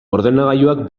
ordenagailuak